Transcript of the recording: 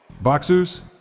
Boxers